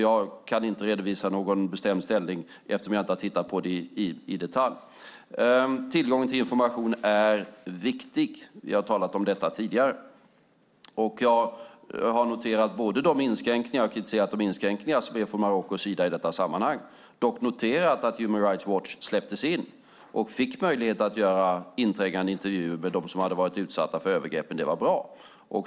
Jag kan inte redovisa något bestämt ställningstagande eftersom jag inte har tittat på detta i detalj. Tillgången till information är viktig. Vi har talat om detta tidigare. Jag har kritiserat inskränkningarna från Marockos sida i detta sammanhang. Jag har dock noterat att Human Rights Watch släpptes in och fick möjlighet att göra inträngande intervjuer med dem som hade varit utsatta för övergreppen. Det var bra.